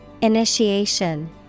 Initiation